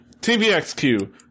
TVXQ